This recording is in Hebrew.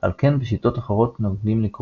הוא שם רשום של חברת Wizards of the Coast.